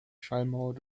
schallmauer